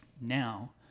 Now